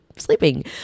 sleeping